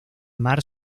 mar